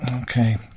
Okay